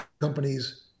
companies